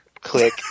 click